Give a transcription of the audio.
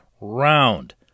round